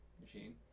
machine